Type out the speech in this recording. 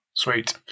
Sweet